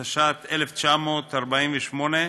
התש”ט 1948,